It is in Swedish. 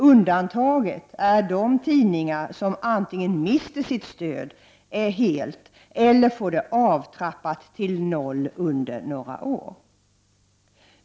Undantaget är de tidningar som antingen mister sitt stöd helt eller får det avtrappat till noll under några år.